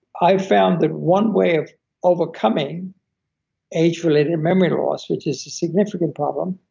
i found that one way of overcoming age-related memory loss, which is a significant problem,